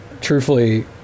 truthfully